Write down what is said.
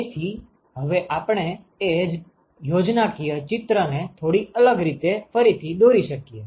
તેથી હવે આપણે એ જ યોજનાકીય ચિત્ર ને થોડી અલગ રીતે ફરીથી દોરી શકીએ